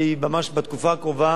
ממש בתקופה הקרובה